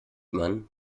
man